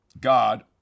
God